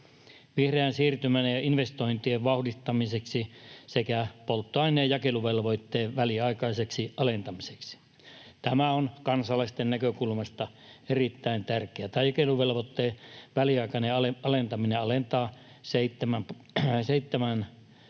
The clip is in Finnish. vihreän siirtymän ja investointien vauhdittamiseksi sekä polttoaineen jakeluvelvoitteen väliaikaiseksi alentamiseksi. Tämä on kansalaisten näkökulmasta erittäin tärkeää. Tämä jakeluvelvoitteen väliaikainen alentaminen alentaa